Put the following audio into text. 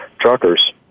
truckers